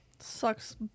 Sucks